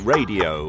Radio